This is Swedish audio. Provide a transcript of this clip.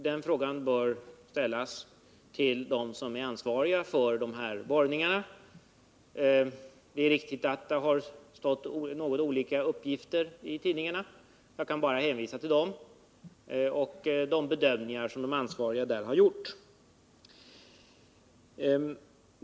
Den frågan bör ställas till dem som är ansvariga för borrningarna. Det är riktigt att det har stått att läsa något olika uppgifter i tidningarna —jag kan bara hänvisa till dem och till de bedömningar som de ansvariga har gjort.